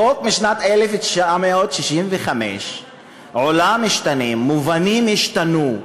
חוק משנת 1965. העולם השתנה, מובנים השתנו,